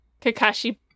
kakashi